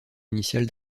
initiale